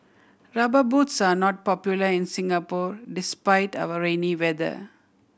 Rubber Boots are not popular in Singapore despite our rainy weather